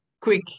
quick